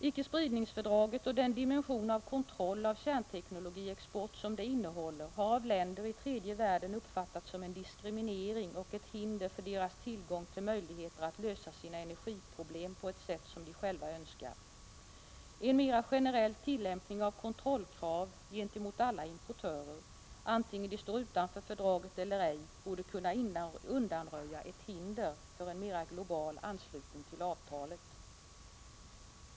Icke-spridningsfördraget och den dimension av kontroll av kärnteknologiexport som det innehåller har av länder i tredje världen uppfattats som en diskriminering och ett hinder för deras tillgång till möjligheter att lösa sina energiproblem på ett sätt som de själva önskar. En mera generell tillämpning av kontrollkrav gentemot alla importörer, vare sig de står utanför fördraget eller ej, borde kunna undanröja ett hinder för en mera global anslutning till avtalet.